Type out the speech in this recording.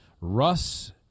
Russ